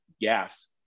gas